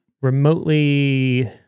remotely